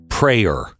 prayer